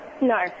No